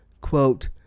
quote